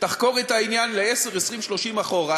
תחקור את העניין לעשר, 20, 30 שנים אחורה,